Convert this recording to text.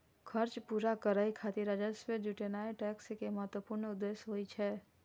खर्च पूरा करै खातिर राजस्व जुटेनाय टैक्स के महत्वपूर्ण उद्देश्य होइ छै